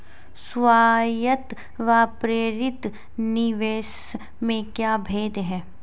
स्वायत्त व प्रेरित निवेश में क्या भेद है?